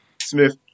Smith